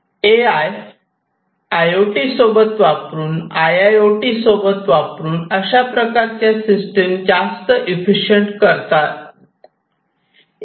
A I I O T सोबत वापरून I I O T सोबत वापरून अशा प्रकारच्या सिस्टिम जास्त एफिशियंट करता येतात